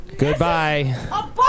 Goodbye